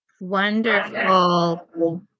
Wonderful